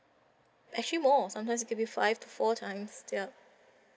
actually more sometimes it can be five to four times ya